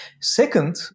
Second